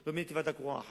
לא מיניתי ועדה קרואה אחת.